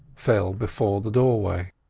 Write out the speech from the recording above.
fell before the doorway.